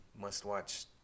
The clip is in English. must-watch